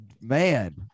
Man